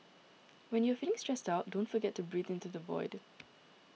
when you are feeling stressed out don't forget to breathe into the void